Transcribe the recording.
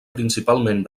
principalment